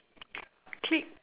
click